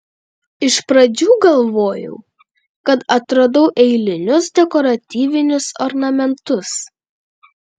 iš pradžių galvojau kad atradau eilinius dekoratyvinius ornamentus